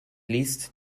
least